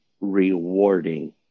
rewarding